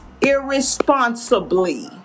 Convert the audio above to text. irresponsibly